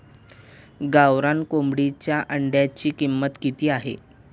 गावरान कोंबडीच्या अंड्याची किंमत किती आहे?